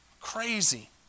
Crazy